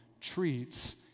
treats